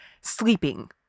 sleeping